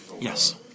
Yes